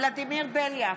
ולדימיר בליאק,